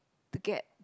to get